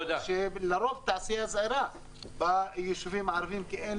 כשלרוב מדובר בתעשייה זעירה ביישובים הערביים כי אין